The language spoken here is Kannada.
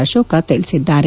ಅಶೋಕ ತಿಳಿಸಿದ್ದಾರೆ